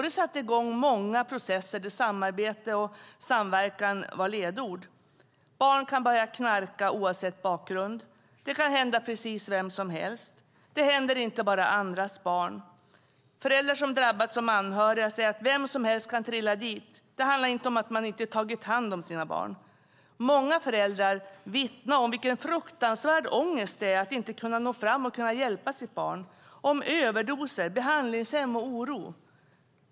Det satte i gång många processer där samarbete och samverkan var ledord. Barn kan börja knarka oavsett bakgrund. Det kan hända precis vem som helst. Det händer inte bara andras barn. Föräldrar som drabbats - anhöriga - säger att vem som helst kan trilla dit. Det handlar inte om att man inte har tagit hand om sina barn. Många föräldrar vittnar om vilken fruktansvärd ångest det är att inte nå fram och hjälpa sitt barn. De berättar om överdoser, behandlingshem och oro.